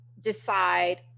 decide